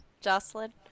Jocelyn